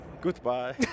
Goodbye